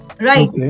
Right